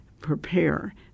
prepare